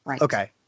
okay